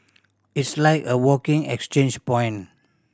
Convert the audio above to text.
it's like a walking exchange point